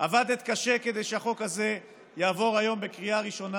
עבדת קשה כדי שהחוק הזה יעבור היום בקריאה ראשונה,